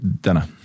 dinner